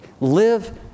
Live